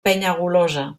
penyagolosa